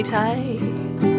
tight